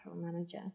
manager